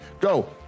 go